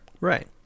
Right